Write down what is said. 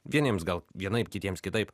vieniems gal vienaip kitiems kitaip